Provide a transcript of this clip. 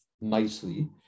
nicely